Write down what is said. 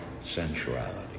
sensuality